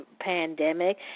pandemic